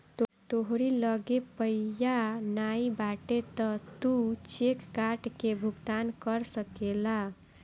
तोहरी लगे पइया नाइ बाटे तअ तू चेक काट के भुगतान कर सकेला